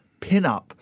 pinup